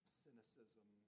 cynicism